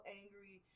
angry